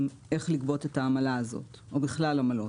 איך לגבות את העמלה הזאת או בכלל עמלות.